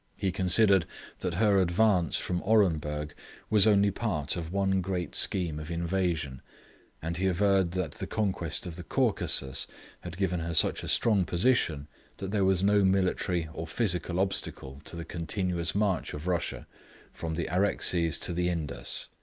he considered that her advance from orenburg was only part of one great scheme of invasion and he averred that the conquest of the caucasus had given her such a strong position that there was no military or physical obstacle to the continuous march of russia from the araxes to the indus.